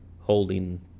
holding